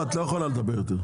את לא יכולה לדבר יותר.